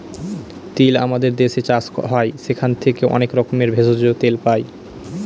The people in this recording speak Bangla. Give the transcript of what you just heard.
তিল আমাদের দেশে চাষ হয় সেখান থেকে অনেক রকমের ভেষজ, তেল পাই